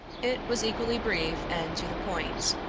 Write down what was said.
it was equally brief and to the point.